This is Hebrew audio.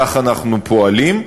כך אנחנו פועלים,